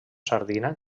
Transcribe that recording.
sardina